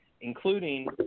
including